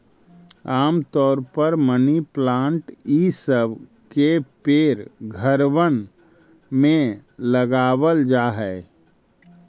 आम तौर पर मनी प्लांट ई सब के पेड़ घरबन में लगाबल जा हई